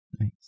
Nice